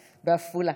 בעפולה,